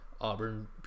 Auburn